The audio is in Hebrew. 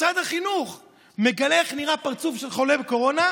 משרד החינוך מגלה איך נראה פרצוף של חולה בקורונה,